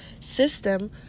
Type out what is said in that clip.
system